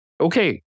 Okay